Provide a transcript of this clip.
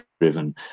driven